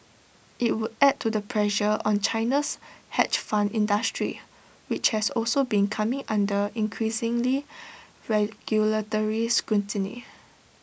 IT would add to the pressure on China's hedge fund industry which has also been coming under increasingly regulatory scrutiny